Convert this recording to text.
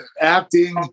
acting